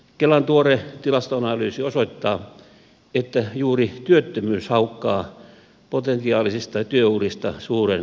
kelan tuore tilastoanalyysi osoittaa että juuri työttömyys haukkaa potentiaalisista työurista suuren viipaleen